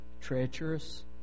treacherous